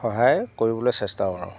সহায় কৰিবলৈ চেষ্টা কৰোঁ